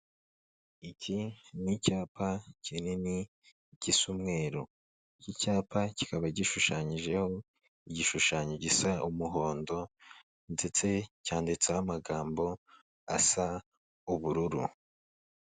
Iki ni icyapa kinini gisa umweru, iki cyapa kikaba gishushanyijeho igishushanyo gisa umuhondo ndetse cyanditseho amagambo asa ubururu.